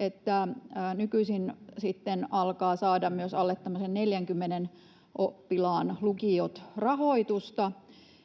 että nykyisin sitten myös alle 40 oppilaan lukiot alkavat